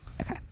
Okay